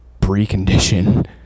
precondition